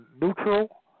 neutral